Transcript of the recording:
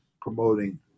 promoting